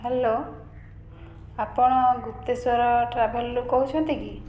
hello ଆପଣ ଗୁପ୍ତେଶ୍ୱର ଟ୍ରାଭେଲରୁ କହୁଛନ୍ତି କି